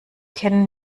kennen